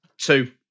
two